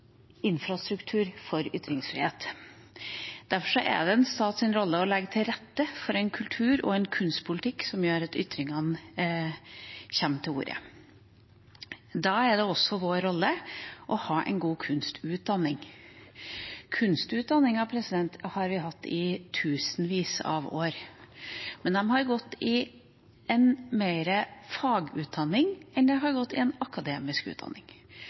infrastruktur for ytringsfrihet. Derfor er det en stats rolle å legge til rette for en kultur- og kunstpolitikk som gjør at ytringene kommer til orde. Da er det også vår rolle å legge til rette for en god kunstutdanning. Kunstutdanninger har vi hatt i tusenvis av år, men det har vært mer fagutdanning enn det har vært akademisk utdanning.